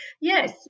Yes